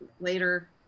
later